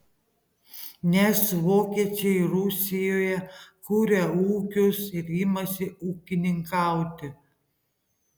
nes vokiečiai rusijoje kuria ūkius ir imasi ūkininkauti